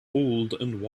old